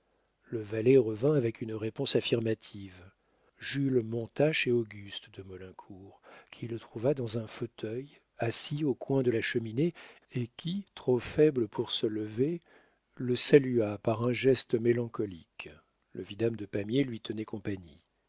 le valet revint avec une réponse affirmative jules monta chez auguste de maulincour qu'il trouva dans un fauteuil assis au coin de la cheminée et qui trop faible pour se lever le salua par un geste mélancolique le vidame de pamiers lui tenait compagnie